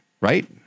right